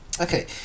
Okay